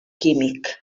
químic